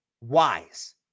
wise